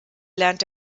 lernt